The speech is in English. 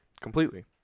Completely